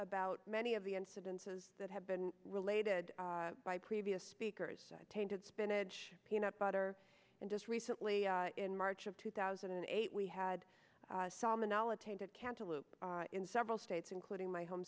about many of the incidences that have been related by previous speakers tainted spinach peanut butter and just recently in march of two thousand and eight we had salmonella tainted canteloupe in several states including my home